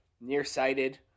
nearsighted